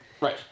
Right